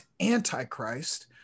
antichrist